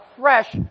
fresh